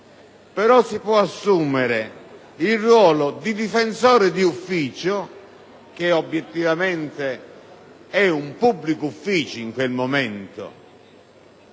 ma si potrebbe assumere il ruolo di difensore d'ufficio, che obiettivamente è un pubblico ufficio in quel momento,